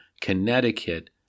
Connecticut